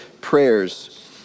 prayers